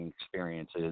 experiences